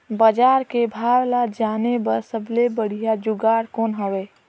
बजार के भाव ला जाने बार सबले बढ़िया जुगाड़ कौन हवय?